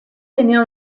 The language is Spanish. tenía